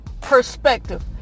perspective